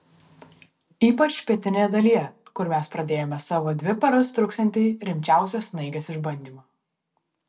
ypač pietinėje dalyje kur mes pradėjome savo dvi paras truksiantį rimčiausią snaigės išbandymą